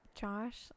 Josh